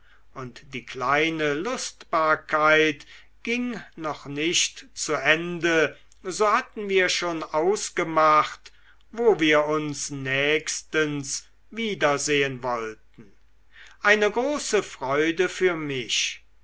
und die kleine lustbarkeit ging noch nicht zu ende so hatten wir schon ausgemacht wo wir uns nächstens wieder sehen wollten eine große freude für mich